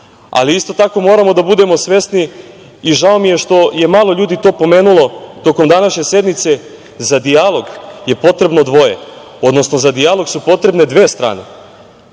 ali isto tako moramo da budemo svesni, i žao mi je što je malo ljudi to pomenulo tokom današnje sednice, za dijalog je potrebno dvoje, odnosno za dijalog su potrebne dve strane.